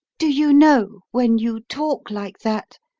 do you know, when you talk like that,